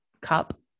cup